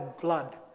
blood